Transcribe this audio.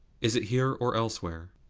is it here or elsewhere?